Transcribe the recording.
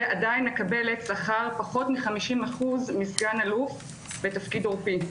ועדיין מקבלת שכר שהוא פחות מ-50% מסגן אלוף בתפקיד עורפי.